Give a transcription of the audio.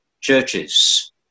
churches